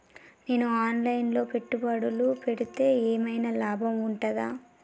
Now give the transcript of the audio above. నేను online లో పెట్టుబడులు పెడితే ఏమైనా లాభం ఉంటదా?